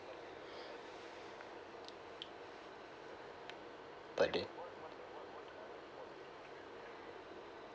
but they